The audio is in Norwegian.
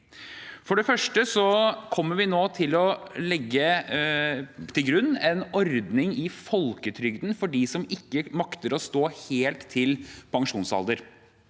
For det første kommer vi nå til å legge til grunn en ordning i folketrygden for dem som ikke makter å stå helt til pensjonsalder.